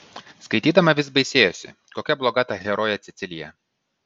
skaitydama vis baisėjosi kokia bloga ta herojė cecilija